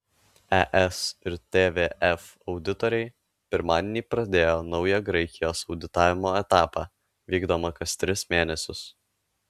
es ir tvf auditoriai pirmadienį pradėjo naują graikijos auditavimo etapą vykdomą kas tris mėnesius